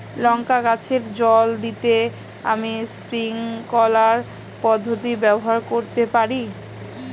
লঙ্কা গাছে জল দিতে আমি স্প্রিংকলার পদ্ধতি ব্যবহার করতে পারি?